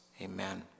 Amen